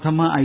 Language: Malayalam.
പ്രഥമ ഐ